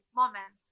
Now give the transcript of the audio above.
moment